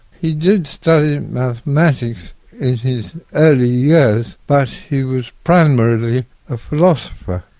he did study mathematics in his early years, but he was primarily a philosopher.